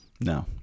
No